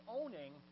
owning